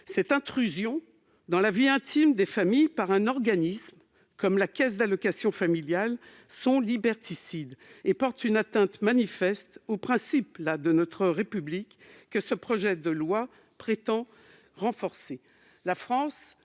telle intrusion dans la vie intime des familles par un organisme comme la caisse d'allocations familiales est liberticide. Elle porterait une atteinte manifeste aux principes de notre République que ce projet de loi prétend renforcer.